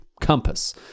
compass